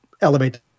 elevate